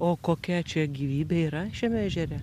o kokia čia gyvybė yra šiame ežere